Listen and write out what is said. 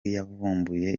yavumbuye